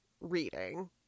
reading